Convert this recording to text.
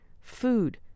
food